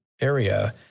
area